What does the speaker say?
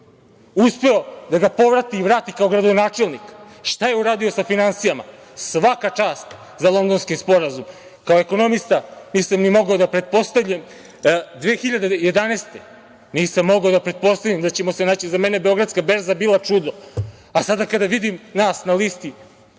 uspeo da ga povrati i vrati kao gradonačelnik. Šta je uradio sa finansijama? Svaka čast za Londonski sporazum! Kao ekonomista nisam ni mogao da pretpostavim, 2011. godine nisam mogao da pretpostavim da ćemo se naći, za mene je Beogradska berza bila čudo. A sada kada vidim nas na listi